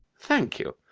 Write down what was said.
thank you.